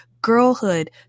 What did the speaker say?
girlhood